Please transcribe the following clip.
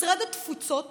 משרד התפוצות